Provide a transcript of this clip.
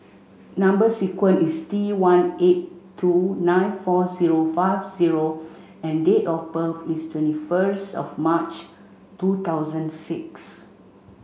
number sequence is T one eight two nine four zero five zero and date of birth is twenty first of March two thousand and six